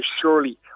surely